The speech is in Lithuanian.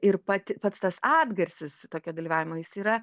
ir pati pats tas atgarsis tokio dalyvavimo jis yra